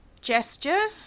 gesture